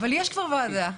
יש כבר ועדה.